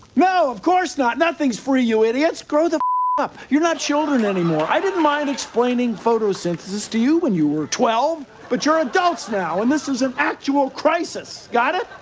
no, of course not. nothing's free, you idiots. grow the up. you're not children anymore. i didn't mind explaining photosynthesis to you when you were twelve. but you're adults now. and this is an actual crisis. got it?